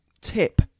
tip